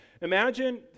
Imagine